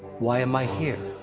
why am i here?